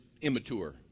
immature